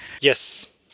yes